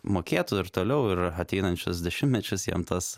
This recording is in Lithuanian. mokėtų ir toliau ir ateinančius dešimtmečius jam tas